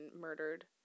murdered